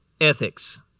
ethics